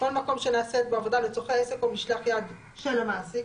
"כל מקום שנעשית בו עבודה לצורכי עסק או משלח יד של מעסיק",